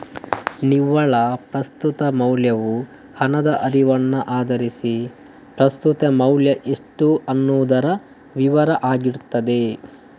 ನಿವ್ವಳ ಪ್ರಸ್ತುತ ಮೌಲ್ಯವು ಹಣದ ಹರಿವನ್ನ ಆಧರಿಸಿ ಪ್ರಸ್ತುತ ಮೌಲ್ಯ ಎಷ್ಟು ಅನ್ನುದರ ವಿವರ ಆಗಿರ್ತದೆ